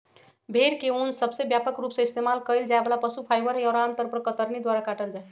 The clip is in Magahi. भेड़ के ऊन सबसे व्यापक रूप से इस्तेमाल कइल जाये वाला पशु फाइबर हई, और आमतौर पर कतरनी द्वारा काटल जाहई